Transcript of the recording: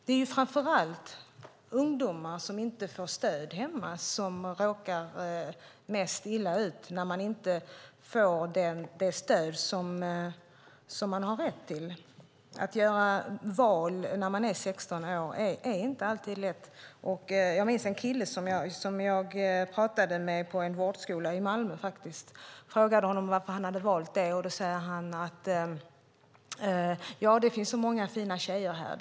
Det är framför allt ungdomar som inte får stöd hemma som råkar mest illa ut när de inte får det stöd som de har rätt till. Att göra val när man är 16 år är inte alltid lätt. Jag minns en kille på en vårdskola i Malmö som jag talade med. Jag frågade honom varför han valt det, och då sade han att det berodde på att det fanns så många fina tjejer där.